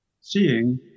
Seeing